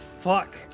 Fuck